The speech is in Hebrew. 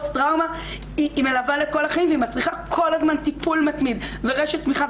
הפוסט טראומה מלווה לכל החיים ומצריכה כל הזמן טיפול מתמיד ורשת תמיכה,